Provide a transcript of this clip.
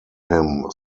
him